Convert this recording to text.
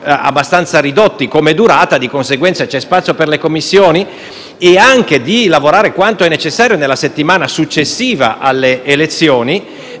abbastanza ridotti come durata e di conseguenza c'è spazio per le Commissioni, e anche di lavorare quanto necessario nella settimana successiva alle elezioni.